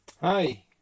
Hi